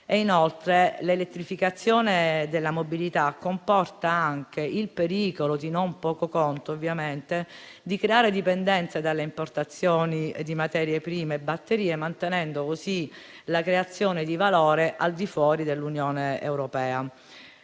Inoltre, l'elettrificazione della mobilità comporta anche il pericolo - di non poco conto - di creare dipendenza dalle importazioni di materie prime e batterie, mantenendo così la creazione di valore al di fuori dell'Unione europea.